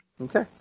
Okay